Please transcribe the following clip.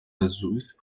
azuis